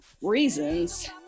reasons